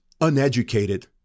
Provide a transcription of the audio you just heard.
uneducated